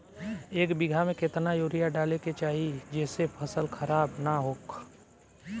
एक बीघा में केतना यूरिया डाले के चाहि जेसे फसल खराब ना होख?